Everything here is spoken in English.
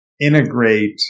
integrate